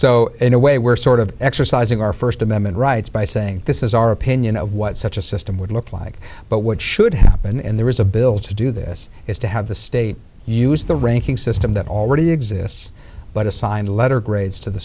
so in a way we're sort of exercising our first amendment rights by saying this is our opinion of what such a system would look like but what should happen and there is a bill to do this is to have the state use the ranking system that already exists but a signed letter grades to the